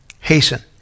Hasten